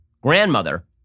grandmother